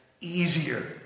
easier